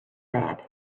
lead